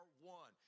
one